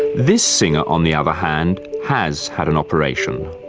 this singer, on the other hand, has had an operation